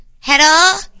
Hello